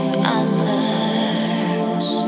colors